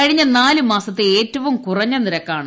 കഴിഞ്ഞ നാല് മാസത്തെ ഏറ്റവും കുറഞ്ഞ നിരക്കാണ്